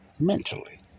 mentally